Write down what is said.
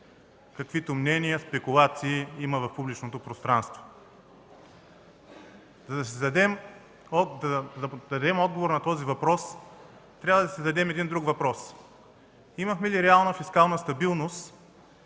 каквито мнения, спекулации има в публичното пространство? За да дадем отговор на този въпрос, трябва да си зададем един друг въпрос – имахме ли реална фискална стабилност